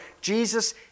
Jesus